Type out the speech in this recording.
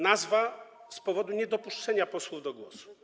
Nazwa z powodu niedopuszczenia posłów do głosu.